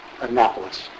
Annapolis